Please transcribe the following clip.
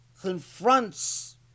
confronts